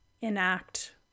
enact